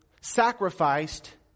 sacrificed